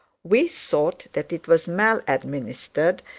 we thought that it was maladministered,